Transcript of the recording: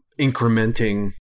incrementing